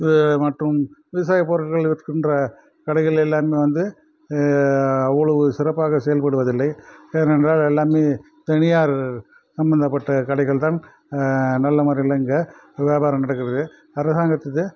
மற்றும் விவசாய பொருட்கள் விற்கின்ற கடைகள் எல்லாமே வந்து அவ்வளவு சிறப்பாக செயல்படுவதில்லை ஏனென்றால் எல்லாமே தனியார் சம்மந்தப்பட்ட கடைகள் தான் நல்ல முறையில் இங்கே வியாபாரம் நடக்கிறது அரசாங்கத்துக்கு